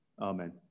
Amen